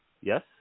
Yes